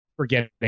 forgetting